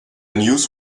news